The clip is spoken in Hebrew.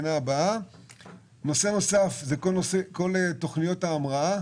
נושא נוסף הוא כל תוכניות ההמראה,